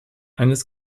eines